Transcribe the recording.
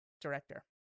director